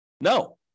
No